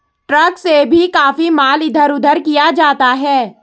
truck से भी काफी माल इधर उधर किया जाता है